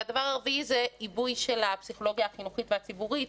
והדבר הרביעי זה עיבוי של הפסיכולוגיה החינוכית והציבורית,